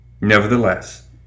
Nevertheless